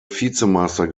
vizemeister